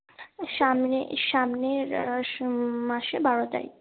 সামনে সামনের মাসে বারো তারিখ